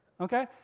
Okay